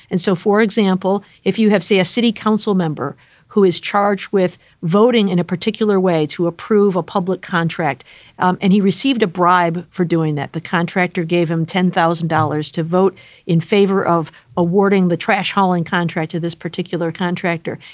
and so, for example, if you have, say, a city council member who is charged with voting in a particular way to approve a public contract and he received a bribe for doing that, the contractor gave him ten thousand dollars to vote in favor of awarding the trash hauling contract to this particular contractor.